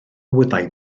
wyddai